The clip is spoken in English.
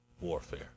warfare